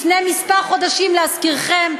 לפני כמה חודשים, להזכירכם,